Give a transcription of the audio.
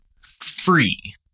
free